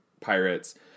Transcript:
pirates